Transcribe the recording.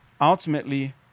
Ultimately